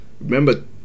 Remember